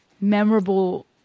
memorable